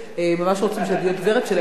ממש רוצים שתהיי הדוברת שלהם.